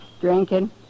Drinking